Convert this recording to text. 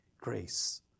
grace